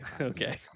okay